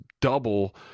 double